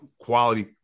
quality